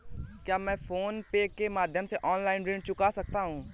क्या मैं PhonePe के माध्यम से ऑनलाइन ऋण चुका सकता हूँ?